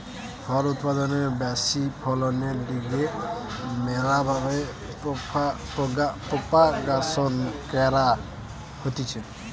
ফল উৎপাদনের ব্যাশি ফলনের লিগে ম্যালা ভাবে প্রোপাগাসন ক্যরা হতিছে